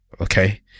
okay